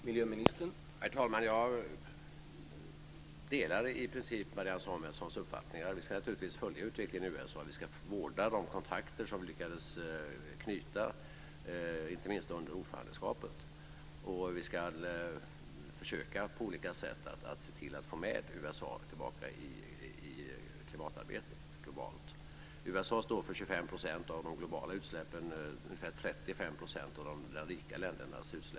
Herr talman! Jag delar i princip Marianne Samuelssons uppfattning. Vi ska naturligtvis följa utvecklingen i USA. Vi ska vårda de kontakter som vi lyckades knyta inte minst under ordförandeperioden. Vi ska på olika sätt försöka att få med USA i det globala klimatarbetet igen. USA står för 25 % av de globala utsläppen och ungefär 35 % av de rika ländernas utsläpp.